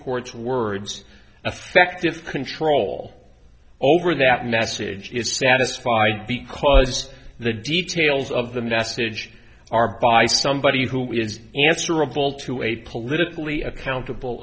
court's words effective control over that message is satisfied because the details of the message are by somebody who is answerable to a politically accountable